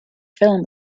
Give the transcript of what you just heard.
film